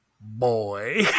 boy